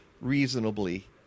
reasonably